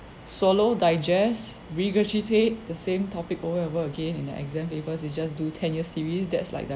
swallow digest regurgitate the same topic over and over again in the exam papers you just do ten years series that's like that